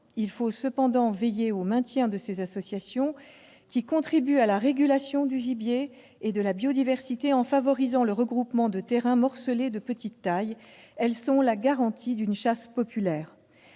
Il faut cependant veiller au maintien de ces associations qui contribuent à la régulation du gibier et de la biodiversité en favorisant le regroupement de terrains morcelés de petite taille. Elles sont la garantie d'une chasse populaire.